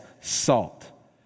salt